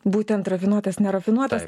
būtent rafinuotas nerafinuotas